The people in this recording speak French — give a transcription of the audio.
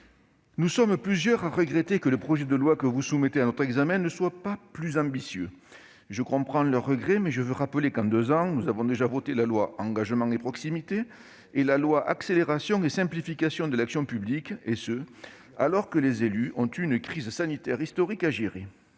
de mes collègues regrettent que le projet de loi que vous soumettez à notre examen ne soit pas plus ambitieux. Je comprends ces regrets, mais je veux rappeler que, en deux ans, nous avons déjà voté la loi Engagement et proximité et la loi Accélération et simplification de l'action publique, et ce alors que les élus ont eu une crise sanitaire historique à gérer.